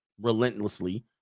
relentlessly